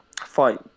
fight